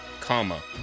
comma